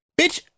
Bitch